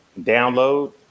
download